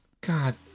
God